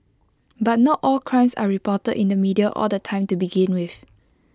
but not all crimes are reported in the media all the time to begin with